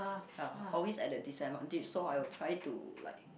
uh always at the disadvantage so I will try to like